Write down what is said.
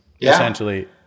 essentially